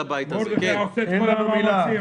אני חושב שמה שחיים ומרדכי מובילים חייב להיות